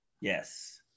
Yes